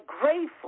grateful